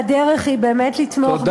והדרך היא באמת לתמוך, תודה.